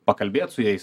pakalbėt su jais